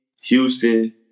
Houston